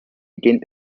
gained